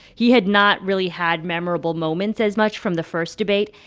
he had not really had memorable moments as much from the first debate.